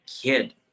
kid